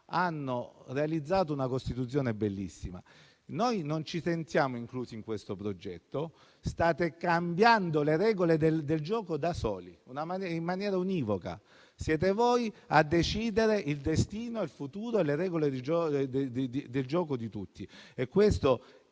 hanno realizzato una Costituzione bellissima. Noi non ci sentiamo inclusi in questo progetto. State cambiando le regole del gioco da soli in maniera univoca. Siete voi a decidere il destino, il futuro e le regole del gioco di tutti. Questo è